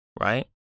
right